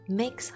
mix